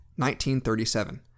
1937